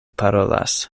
parolas